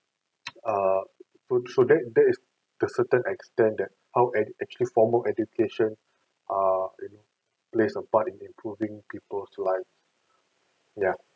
err so that that is the certain extent that how ac~ actually formal education err you know plays a part in improving people's lives ya